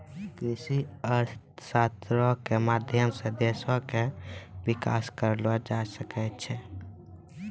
कृषि अर्थशास्त्रो के माध्यम से देशो के विकास करलो जाय सकै छै